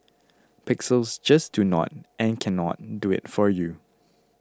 pixels just do not and cannot do it for you